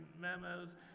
memos